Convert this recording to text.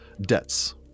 debts